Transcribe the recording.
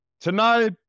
tonight